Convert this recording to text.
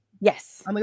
Yes